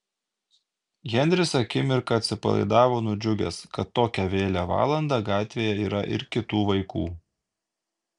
henris akimirką atsipalaidavo nudžiugęs kad tokią vėlią valandą gatvėje yra ir kitų vaikų